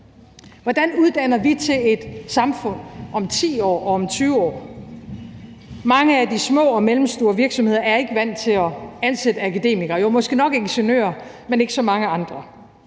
Hvordan uddanner vi til et samfund om 10 år og om 20 år? Mange af de små og mellemstore virksomheder er ikke vant til at ansætte akademikere – jo, måske nok ingeniører, men ikke så mange andre